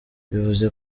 bivuze